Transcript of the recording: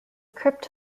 crypt